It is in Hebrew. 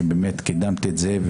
שקידמת את זה,